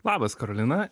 labas karolina